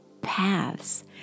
paths